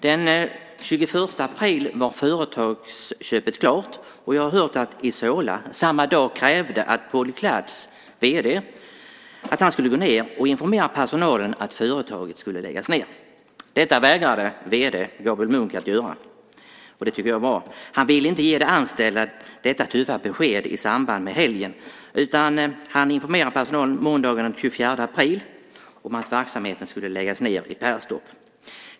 Den 21 april var företagsköpet klart, och jag har hört att Isola samma dag krävde att Polyclads vd skulle gå ned och informera personalen om att företaget skulle läggas ned. Detta vägrade vd Gabriel Munck att göra, och det tycker jag var bra. Han ville inte ge de anställda detta tuffa besked i samband med helgen, utan han informerade personalen måndagen den 24 april om att verksamheten skulle läggas ned i Perstorp.